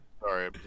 sorry